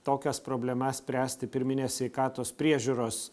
tokias problemas spręsti pirminės sveikatos priežiūros